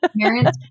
parents